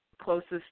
closest